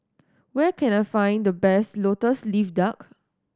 where can I find the best Lotus Leaf Duck